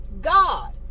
God